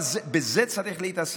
אבל בזה צריך להתעסק?